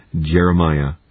Jeremiah